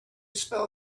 spell